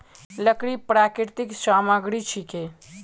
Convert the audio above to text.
लकड़ी प्राकृतिक सामग्री छिके